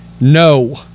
No